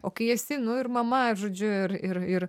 o kai esi nu ir mama žodžiu ir ir ir